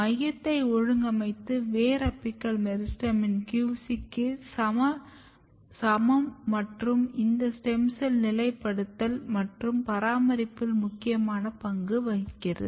மையத்தை ஒழுங்கமைப்பது வேர் அபிக்கல் மெரிஸ்டெமின் QC க்கு சமம் மற்றும் இது ஸ்டெம் செல் நிலைப்படுத்தல் மற்றும் பராமரிப்பில் முக்கியமான பங்கு வகிக்கிறது